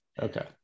Okay